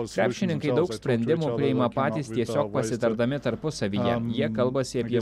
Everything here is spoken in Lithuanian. krepšininkai daug sprendimų priima patys tiesiog pasitardami tarpusavyje jie kalbasi apie